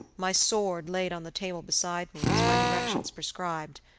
my sword laid on the table beside me, as my directions prescribed,